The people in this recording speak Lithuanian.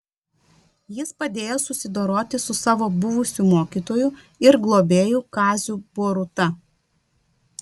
jis padėjo susidoroti su savo buvusiu mokytoju ir globėju kaziu boruta